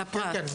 לפרט.